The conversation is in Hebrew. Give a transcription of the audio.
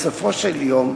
בסופו של דבר,